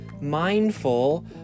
mindful